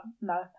no